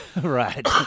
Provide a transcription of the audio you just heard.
right